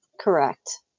correct